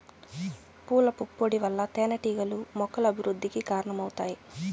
పూల పుప్పొడి వల్ల తేనెటీగలు మొక్కల అభివృద్ధికి కారణమవుతాయి